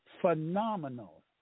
Phenomenal